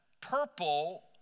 Purple